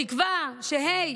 בתקווה שה',